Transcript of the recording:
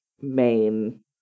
main